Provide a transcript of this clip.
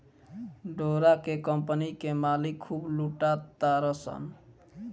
डोरा के कम्पनी के मालिक खूब लूटा तारसन